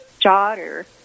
daughter